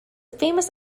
famous